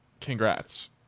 Congrats